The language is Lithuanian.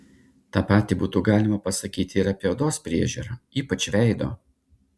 tą patį būtų galima pasakyti ir apie odos priežiūrą ypač veido